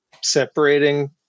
separating